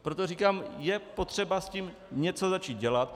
Proto říkám, je potřeba s tím něco začít dělat.